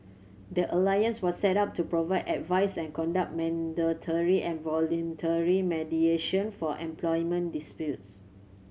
the alliance was set up to provide advice and conduct mandatory and voluntary mediation for employment disputes